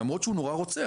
למרות שהוא נורא רוצה.